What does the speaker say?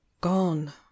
gone